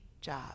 job